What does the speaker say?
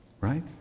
right